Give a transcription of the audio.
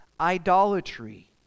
idolatry